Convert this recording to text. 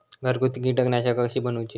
घरगुती कीटकनाशका कशी बनवूची?